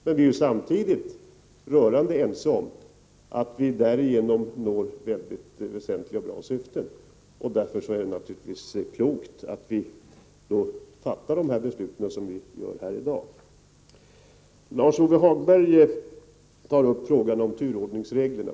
Men vi är samtidigt rörande ense om att vi därigenom når väsentliga och bra syften. Därför är det naturligtvis klokt att vi, som vi kommer att göra i dag, fattar dessa beslut. Lars-Ove Hagberg tar upp bl.a. frågan om turordningsreglerna.